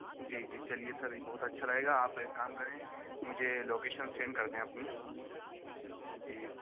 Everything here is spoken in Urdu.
جی جی چلیے سر یہ بہت اچھا رہے گا آپ ایک کام کریں مجھے لوکیشن سینڈ کر دیں اپنی جی